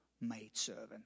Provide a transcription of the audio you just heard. maidservant